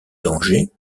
danger